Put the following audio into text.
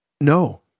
No